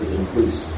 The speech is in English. increase